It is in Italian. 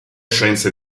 scienze